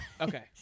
Okay